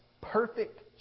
perfect